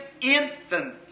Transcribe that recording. infant